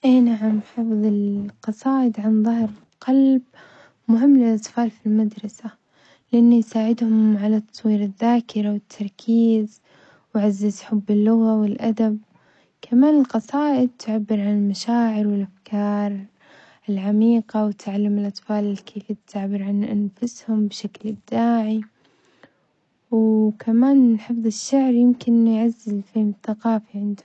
إي نعم حفظ القصائد عن ظهر قلب مهم للأطفال في المدرسة لأن يساعدهم على تطوير الذاكرة والتركيز ويعزز حب اللغة والأدب، كمان القصائد تعبر عن المشاعر والأفكار العميقة وتعلم الأطفال ال كيفية التعبير عن أنفسهم بشكل إبداعي، وكمان حفظ الشعر يمكن يعزز الفهم الثقافي عندهم.